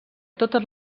totes